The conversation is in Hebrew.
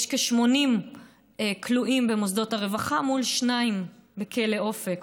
יש כ-80 כלואים במוסדות הרווחה מול שניים בכלא אופק,